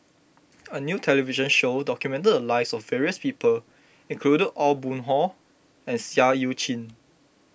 a new television show documented the lives of various people including Aw Boon Haw and Seah Eu Chin